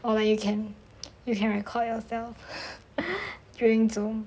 or like you can you can record yourself during zoom